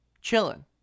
Chilling